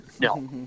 No